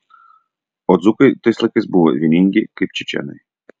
o dzūkai tais laikais buvo vieningi kaip čečėnai